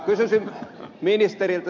kysyisin ministeriltä